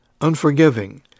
unforgiving